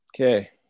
Okay